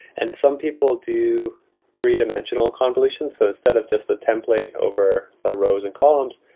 and some people do three-dimensional convolution. so instead of just a template over the rows and columns,